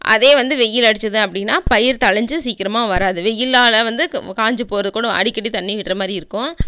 அதே வந்து வெயில் அடிச்சிது அப்படின்னா பயிர் தளஞ்சு சீக்கிரமாக வராது வெயிலால் வந்து காஞ்சிப் போகறதுக்கூட அடிக்கடி தண்ணி விட்ற மாரி இருக்கும்